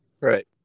Right